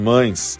Mães